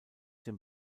dem